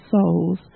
souls